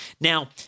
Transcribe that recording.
Now